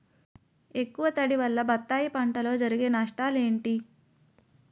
ఎక్కువ తడి వల్ల బత్తాయి పంటలో జరిగే నష్టాలేంటి?